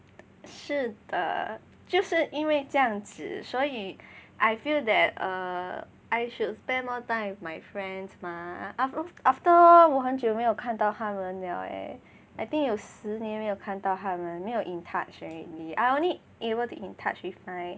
是的就是因为这样子所以 I feel that err I should spend more time with my friends mah after all 我很久没有看到他们 liao leh I think 有十年没有看到他们没有 in touch already I only able to in touch with my